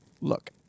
Look